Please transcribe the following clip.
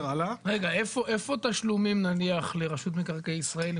רגע, איפה תשלומים נניח לרשות מקרקעי ישראל?